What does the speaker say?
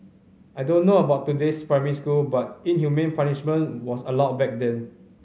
I don't know about today's primary school but inhumane punishment was allowed back then